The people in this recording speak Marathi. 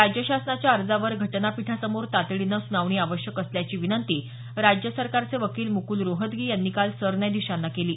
राज्य शासनाच्या अर्जावर घटनापीठासमोर तातडीनं सुनावणी आवश्यक असल्याची विनंती राज्य सरकारचे वकील मुकुल रोहतगी यांनी काल सरन्यायाधीशांना केली